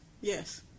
Yes